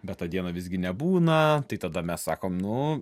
bet tą dieną visgi nebūna tai tada mes sakom nu